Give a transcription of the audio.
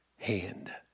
hand